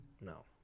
No